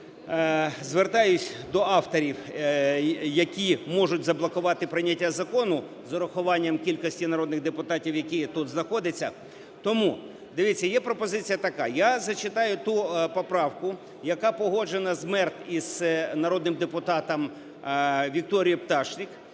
звертаюсь до авторів, які можуть заблокувати прийняття закону з урахуванням кількості народних депутатів, які є, тут знаходяться. Тому дивіться, є пропозиція така. Я зачитаю ту поправку, яка погоджена з МЕРТ, із народним депутатом Вікторією Пташник.